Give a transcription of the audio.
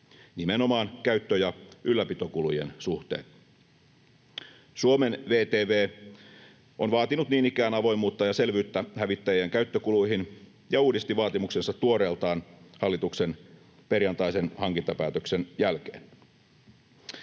nimenomaan käyttö‑ ja ylläpitokulujen suhteen. Suomen VTV on vaatinut niin ikään avoimuutta ja selvyyttä hävittäjien käyttökuluihin ja uudisti vaatimuksensa tuoreeltaan hallituksen perjantaisen hankintapäätöksen jälkeen.